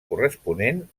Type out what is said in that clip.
corresponent